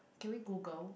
can we google